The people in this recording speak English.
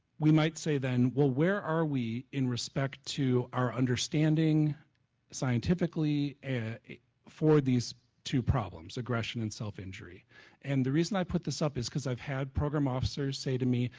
we might say then, well, where are we in respect to our understanding scientifically for these two problems, aggression and self-injury and the reason i put this up is because i had program officers say to me,